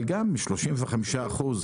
אבל גם 35 אחוזים